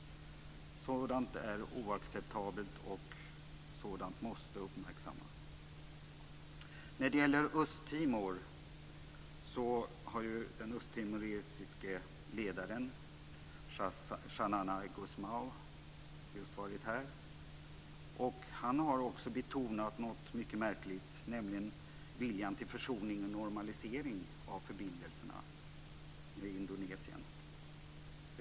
Sådant är oacceptabelt och måste uppmärksammas. Ledaren för Östtimor, Xanana Gusmão, har just varit här. Han har också betonat något mycket märkligt, nämligen viljan till försoning och normalisering av förbindelserna med Indonesien.